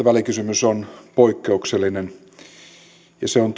välikysymys on poikkeuksellinen ja se on